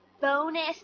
bonus